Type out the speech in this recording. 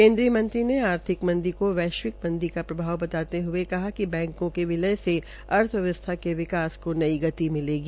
केन्द्रय मंत्री ने आर्थिक मंदी को वैश्विक मंदी का प्रभाव बताते हये कहा कि बैंको के विलय से अर्थव्यवस्था के विकास को नई गति मिलेगी